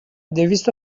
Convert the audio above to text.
دویست